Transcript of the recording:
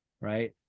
Right